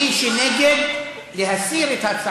אה, אוקיי.